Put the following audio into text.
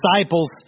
disciples